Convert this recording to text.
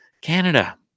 Canada